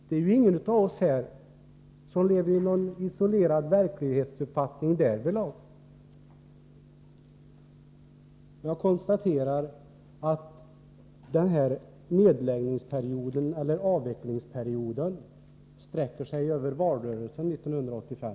Det är ingen av oss som lever i en isolerad verklighet därvidlag. Jag konstaterar att den här nedläggningsperioden, eller avvecklingsperioden, sträcker sig över valrörelsen 1985.